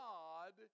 God